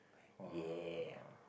yea